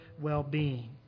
well-being